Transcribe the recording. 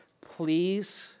please